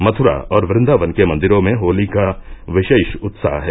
मथुरा और कुन्दावन के मंदिरो में होती का विशेष उत्साह है